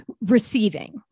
receiving